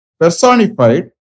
Personified